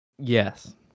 Yes